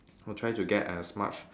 for trying to get as much